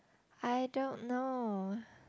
I don't know